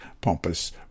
pompous